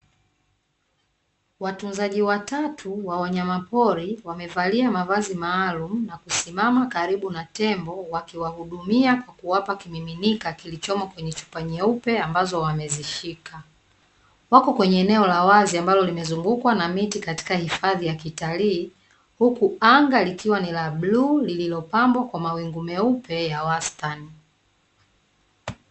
Watunzaji watatu wa wanyama pori wamevalia mavazi maalumu na kusimama karibu na tembo wakiwahudumia kwa kuwapa kimiminika kilichomo kwenye chupa nyeupe ambazo wamezishika. Wako kwenye eneo la wazi ambalo limezungukwa na miti katika hifadhi ya kitalii, huku anga likiwa ni la bluu lililopambwa kwa mawingu meupe ya wastani.